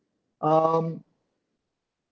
um